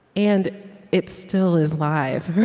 and it still is live.